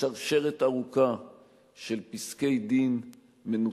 בשרשרת ארוכה של פסקי-דין מנותקים,